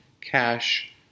cash